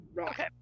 Okay